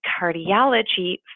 cardiology